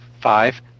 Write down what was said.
Five